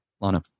Lana